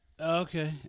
Okay